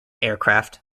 aircraft